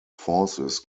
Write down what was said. forces